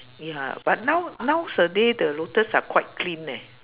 ya but now nowaday the lotus are quite clean leh